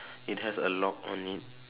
it has a lock on it